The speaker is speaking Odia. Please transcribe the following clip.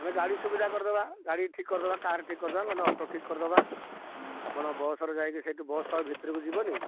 ଆମେ ଗାଡ଼ି ସୁବିଧା କରିଦବା ଗାଡ଼ି ଠିକ୍ କରିଦବା କାର୍ ଠିକ୍ କରିଦବା ନହେଲେ ଅଟୋ ଠିକ୍ କରିଦବା ଆପଣ ବସ୍ରେ ଯାଇକି ସେଠୁ ବସ୍ ତ ଆଉ ଭିତରକୁ ଯିବନି